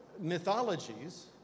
mythologies